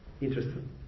Interesting